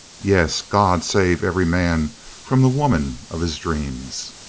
yes, god save every man from the woman of his dreams.